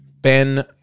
Ben